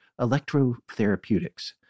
electrotherapeutics